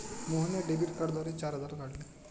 मोहनने डेबिट कार्डद्वारे चार हजार काढले